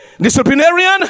Disciplinarian